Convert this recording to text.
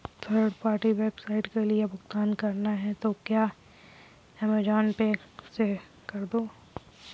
third party website के लिए भुगतान करना है तो क्या अमेज़न पे से कर दो